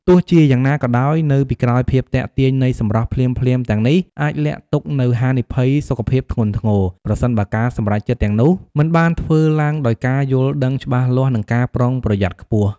ទោះជាយ៉ាងណាក៏ដោយ នៅពីក្រោយភាពទាក់ទាញនៃសម្រស់ភ្លាមៗទាំងនេះ អាចលាក់ទុកនូវហានិភ័យសុខភាពធ្ងន់ធ្ងរ ប្រសិនបើការសម្រេចចិត្តទាំងនោះមិនបានធ្វើឡើងដោយការយល់ដឹងច្បាស់លាស់ និងការប្រុងប្រយ័ត្នខ្ពស់។